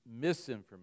misinformation